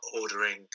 ordering